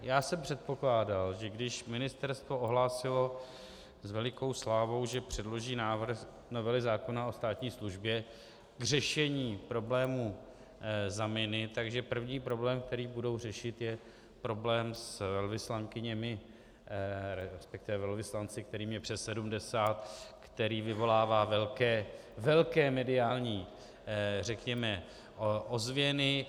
Já jsem předpokládal, že když ministerstvo ohlásilo s velikou slávou, že předloží návrh novely zákona o státní službě k řešení problémů zamini, že první problém, který budou řešit, je problém s velvyslankyněmi, respektive velvyslanci, kterým je přes 70, který vyvolává velké mediální, řekněme, ozvěny.